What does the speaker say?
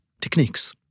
techniques